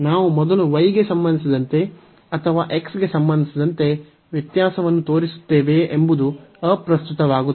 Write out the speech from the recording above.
ನಾವು ಮೊದಲು y ಗೆ ಸಂಬಂಧಿಸಿದಂತೆ ಅಥವಾ x ಗೆ ಸಂಬಂಧಿಸಿದಂತೆ ವ್ಯತ್ಯಾಸವನ್ನು ತೋರಿಸುತ್ತೇವೆಯೇ ಎಂಬುದು ಅಪ್ರಸ್ತುತವಾಗುತ್ತದೆ